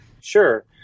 Sure